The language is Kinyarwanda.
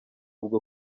bwo